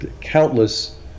countless